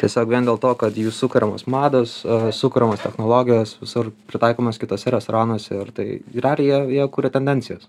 tiesiog vien dėl to kad jų sukuriamos mados sukuriamos technologijos visur pritaikomos kituose restoranuose ir tai realiai jie jie kuria tendencijas